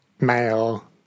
male